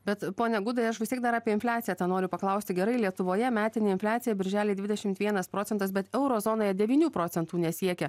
bet pone gudai aš vis tiek dar apie infliaciją tą noriu paklausti gerai lietuvoje metinė infliacija birželį dvidešimt vienas procentas bet euro zonoje devynių procentų nesiekia